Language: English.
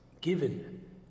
Given